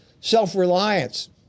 Self-reliance